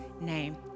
name